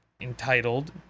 entitled